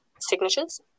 signatures